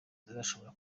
zishobora